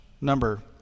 number